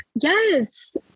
yes